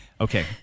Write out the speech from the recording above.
Okay